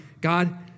God